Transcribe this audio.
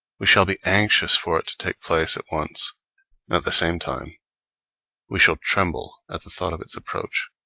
we shall be anxious for it to take place at once, and at the same time we shall tremble at the thought of its approach.